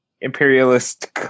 imperialist